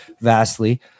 vastly